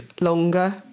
longer